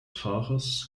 fahrers